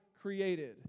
created